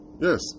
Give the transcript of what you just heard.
Yes